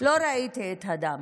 לא ראיתי את הדם,